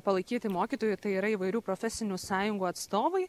palaikyti mokytojų tai yra įvairių profesinių sąjungų atstovai